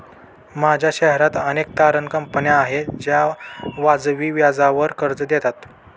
माझ्या शहरात अनेक तारण कंपन्या आहेत ज्या वाजवी व्याजावर कर्ज देतात